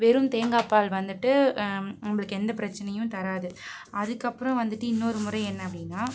வெறும் தேங்காய் பால் வந்துட்டு நம்மளுக்கு எந்த பிரச்சினையும் தராது அதுக்கு அப்புறம் வந்துட்டு இன்னொரு முறை என்ன அப்படினா